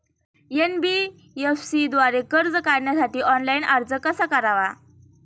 NBFC द्वारे कर्ज काढण्यासाठी ऑनलाइन अर्ज कसा करावा?